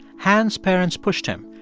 han's parents pushed him,